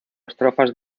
estrofas